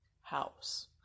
house